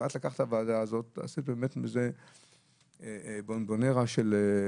ואת לקחת עליך את הוועדה הזאת ועשית ממנה בונבוניירה של ועדה,